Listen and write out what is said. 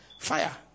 fire